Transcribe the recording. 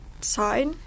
side